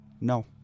No